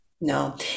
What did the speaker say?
No